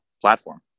platform